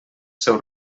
seu